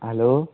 hello